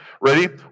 Ready